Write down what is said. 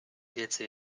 wiedzy